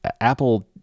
Apple